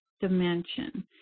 dimension